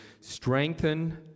strengthen